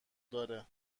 داره